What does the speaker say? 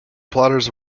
plotters